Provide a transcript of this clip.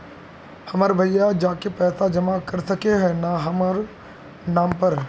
हमर भैया जाके पैसा जमा कर सके है न हमर नाम पर?